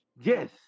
Yes